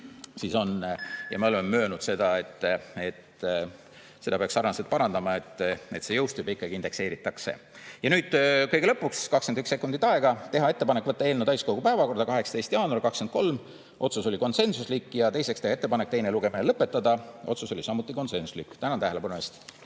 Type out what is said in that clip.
nii on. Ja me oleme möönnud, et seda peaks niimoodi parandama, et see jõustub ja ikkagi indekseeritakse. Ja nüüd kõige lõpuks, 21 sekundit aega: teha ettepanek võtta eelnõu täiskogu päevakorda 18. jaanuaril 2023, otsus oli konsensuslik, ja teiseks teha ettepanek teine lugemine lõpetada, otsus oli samuti konsensuslik. Tänan tähelepanu